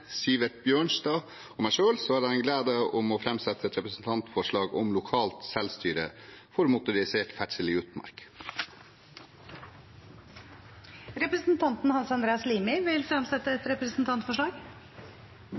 Sivert Bjørnstad og meg selv har jeg gleden av å framsette et representantforslag om lokalt selvstyre for motorisert ferdsel i utmark. Representanten Hans Andreas Limi vil